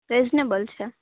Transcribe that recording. reasonable છે